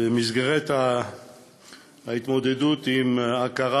במסגרת ההתמודדות עם הכרה